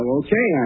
okay